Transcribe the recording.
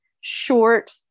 short